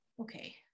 okay